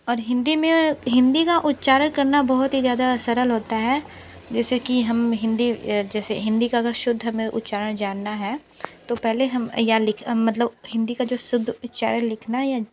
और हिंदी में हिंदी का उच्चारण करना बहुत ही ज़्यादा सरल होता है जैसे कि हम हिंदी जैसे हिंदी का अगर शुद्ध हमें उच्चारण जानना है तो पहले हम या लिख मतलब हिंदी का जो शुद्ध उच्चारण लिखना या